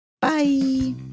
Bye